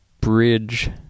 bridge